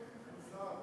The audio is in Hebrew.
אין שר.